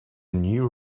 new